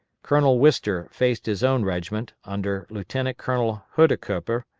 colonel wister faced his own regiment, under lieutenant-colonel huidekoper,